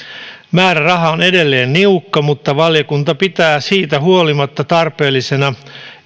määräraha on edelleen niukka mutta valiokunta pitää siitä huolimatta tarpeellisena